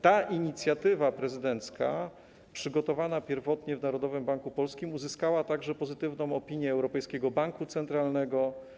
Ta inicjatywa prezydencka przygotowana pierwotnie w Narodowym Banku Polskim uzyskała także pozytywną opinię Europejskiego Banku Centralnego.